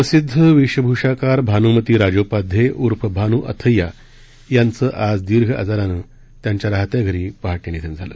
प्रसिद्ध वेशभूषाकार भानुमती राजोपाध्ये उर्फ भानू अथय्या यांचं आज दीर्घ आजारानं त्यांच्या राहत्या घरी पहाटे निधन झालं